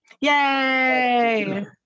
yay